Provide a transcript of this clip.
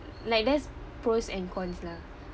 like there's pros and cons lah